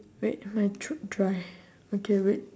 wait ha I tr~ try okay wait